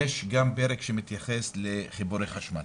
יש גם פרק שמתייחס לחיבורי חשמל.